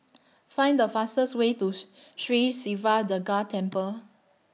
Find The fastest Way Tooth Sri Siva Durga Temple